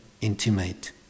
intimate